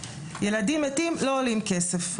ילדים מתים לא עולים כסף,